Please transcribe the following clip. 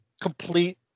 complete